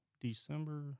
December